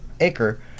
acre